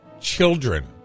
children